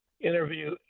interview